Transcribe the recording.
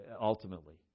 ultimately